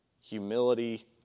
Humility